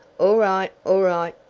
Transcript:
all right! all right!